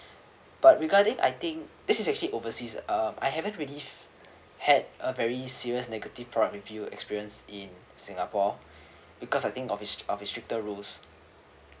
but regarding I think this is actually overseas um I haven't really had a very serious negative product review experience in singapore because I think of re~ of it restricted rules